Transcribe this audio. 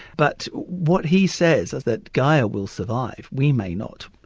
but what he says is that gaia will survive, we may not.